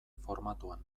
formatuan